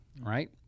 right